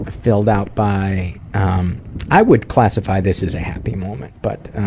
ah filled out by um i would classify this as a happy moment, but,